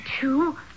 two